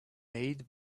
made